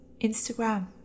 Instagram